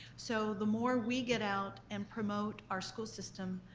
so the more we get out and promote our school system,